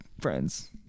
friends